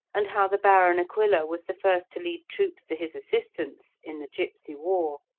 and how the baron aquila was the first to lead troops to his assistance in the gipsy war.